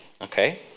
Okay